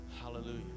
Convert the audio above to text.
Hallelujah